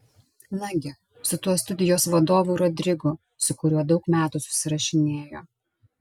nagi su tuo studijos vadovu rodrigu su kuriuo daug metų susirašinėjo